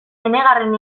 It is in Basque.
enegarren